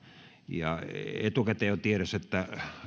etukäteen on jo tiedossa että